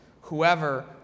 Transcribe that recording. Whoever